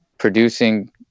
producing